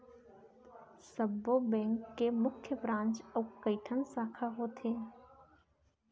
सब्बो बेंक के मुख्य ब्रांच अउ कइठन साखा होथे